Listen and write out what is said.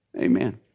amen